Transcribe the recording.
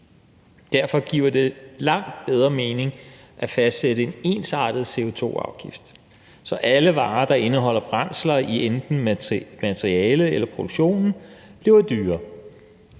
Derfor giver det langt bedre mening at fastsætte en ensartet CO2-afgift, så alle varer, der indeholder brændsler i enten materialet eller produktionen, bliver dyrere;